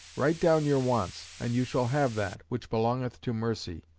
write down your wants, and you shall have that, which belongeth to mercy.